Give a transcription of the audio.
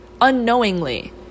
unknowingly